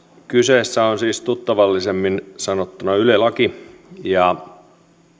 kyseessä on siis tuttavallisemmin sanottuna yle laki ja